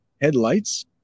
Headlights